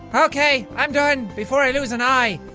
okay i'm done, before i lose an eye.